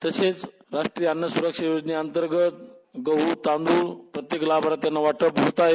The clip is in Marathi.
तसेच राष्ट्रीय अन्नसुरक्षा योजनेअंतर्गत गहू तांदुळ प्रत्येक लाभार्थ्यांना वाटप घेत आहे